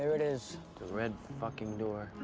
it is. the red fuckin' door.